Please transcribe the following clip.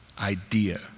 idea